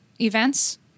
events